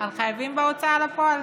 על חייבים בהוצאה לפועל.